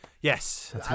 Yes